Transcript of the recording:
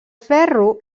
ferro